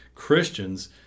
Christians